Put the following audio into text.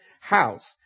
house